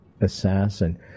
assassin